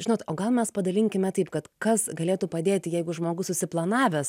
žinot o gal mes padalinkime taip kad kas galėtų padėti jeigu žmogus susiplanavęs